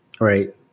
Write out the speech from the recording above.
Right